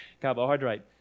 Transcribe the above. carbohydrate